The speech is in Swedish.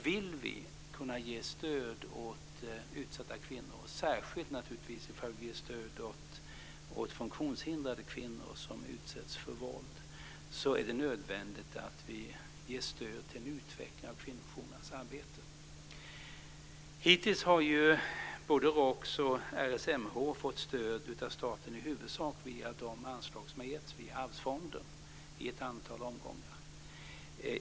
Vill vi kunna ge stöd åt utsatta kvinnor - särskilt behöver vi naturligtvis ge stöd åt funktionshindrade kvinnor som utsätts för våld - är det nödvändigt att vi ger stöd till att utveckla kvinnojourernas arbete. Hittills har också RSMH fått stöd av staten i huvudsak via de anslag som har getts via Arvsfonden i ett antal omgångar.